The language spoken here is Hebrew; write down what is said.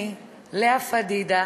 אני, לאה פדידה,